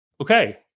Okay